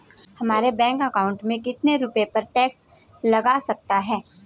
हमारे bank account में कितने रुपये पर टैक्स लग सकता है?